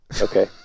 Okay